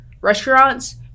restaurants